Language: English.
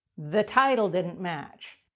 the title didn't match.